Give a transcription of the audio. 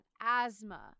asthma